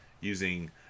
using